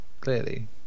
clearly